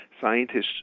scientists